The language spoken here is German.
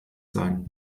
sein